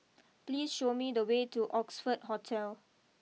please show me the way to Oxford Hotel